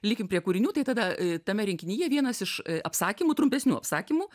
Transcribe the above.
likim prie kūrinių tai tada tame rinkinyje vienas iš apsakymų trumpesnių apsakymų